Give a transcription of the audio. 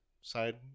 side